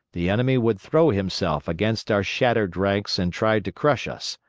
the enemy would throw himself against our shattered ranks and try to crush us.